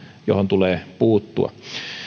johon tulee puuttua